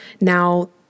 Now